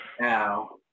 Now